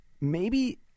Maybe-